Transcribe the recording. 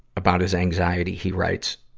about his anxiety, he writes,